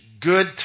good